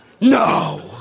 No